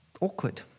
awkward